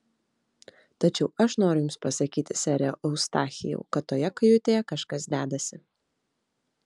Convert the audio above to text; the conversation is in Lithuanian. tačiau aš noriu jums pasakyti sere eustachijau kad toje kajutėje kažkas dedasi